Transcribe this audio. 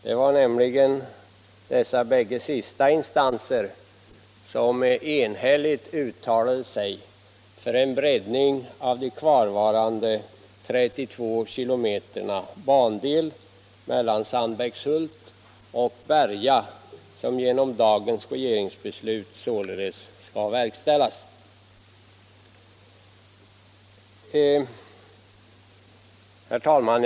Det var nämligen dessa båda sistnämnda instanser som enhälligt uttalade sig för en breddning av den kvarvarande 32 km långa bandelen mellan Sandbäckshult och Berga. Genom dagens regeringsbeslut skall således denna breddning verkställas. Herr talman!